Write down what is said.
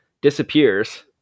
disappears